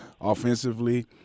offensively